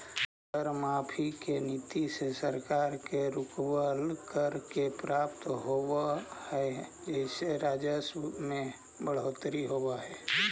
कर माफी के नीति से सरकार के रुकवल, कर के प्राप्त होवऽ हई जेसे राजस्व में बढ़ोतरी होवऽ हई